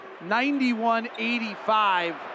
91-85